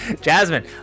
Jasmine